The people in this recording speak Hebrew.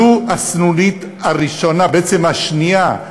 זו הסנונית הראשונה, בעצם השנייה.